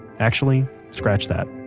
actually, scratch that,